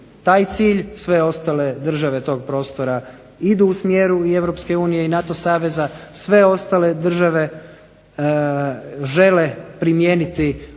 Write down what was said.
taj cilj, sve ostale države tog prostora idu u smjeru i EU i NATO saveza, sve ostale države žele primijeniti one